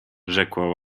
rzekła